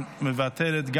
גם מוותרת.